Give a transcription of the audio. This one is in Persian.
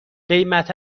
قیمت